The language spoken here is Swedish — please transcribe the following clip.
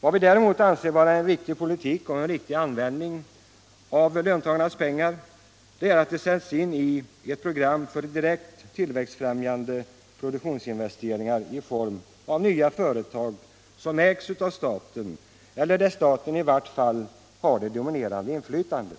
Vad vi däremot anser vara en riktig politik och en riktig användning av löntagarnas pengar är att de sätts in i ett program för direkt tillväxtfrämjande produktionsinvesteringar i form av nya företag som ägs av staten eller där staten i vart fall har det dominerande inflytandet,